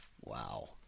Wow